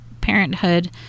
parenthood